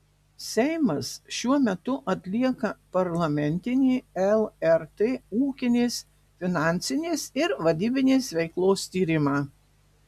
seimas šiuo metu atlieka parlamentinį lrt ūkinės finansinės ir vadybinės veiklos tyrimą